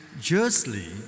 justly